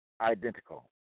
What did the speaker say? Identical